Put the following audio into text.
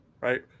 right